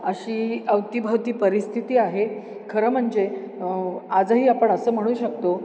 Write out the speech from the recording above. अशी अवतीभवती परिस्थिती आहे खरं म्हणजे आजही आपण असं म्हणू शकतो